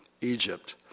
Egypt